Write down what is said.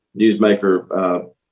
newsmaker